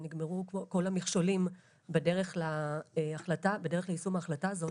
ושנגמרו כל המכשולים בדרך ליישום ההחלטה הזאת,